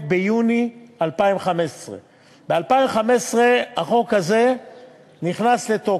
ביוני 2015. ב-2015 החוק הזה נכנס לתוקף.